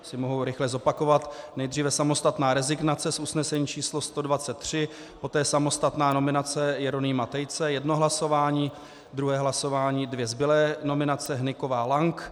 Jestli mohu rychle zopakovat nejdříve samostatná rezignace s usnesením č. 123, poté samostatná nominace Jeronýma Tejce, jedno hlasování, druhé hlasování dvě zbylé nominace, Hnyková, Lank.